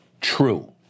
true